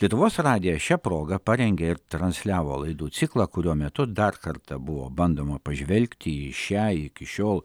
lietuvos radijas šia proga parengė ir transliavo laidų ciklą kurio metu dar kartą buvo bandoma pažvelgti į šią iki šiol